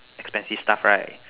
expensive stuff right